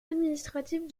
administrative